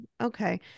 okay